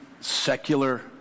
secular